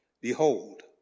Behold